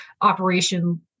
operation